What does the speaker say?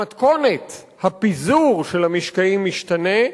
המתכונת, הפיזור של המשקעים משתנה,